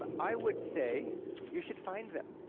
but i would say you should find them.